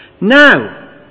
Now